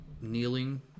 kneeling